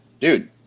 Dude